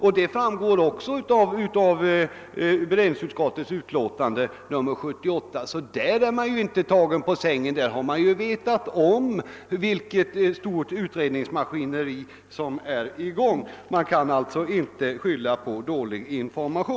Också det framgår av allmänna beredningsutskottets utlåtande nr 78. Följaktligen har man inte där blivit tagen på sängen utan har vetat om vilket stort utredningsmaskineri som är på gång. Där kan man inte skylla på dålig information.